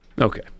Okay